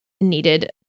needed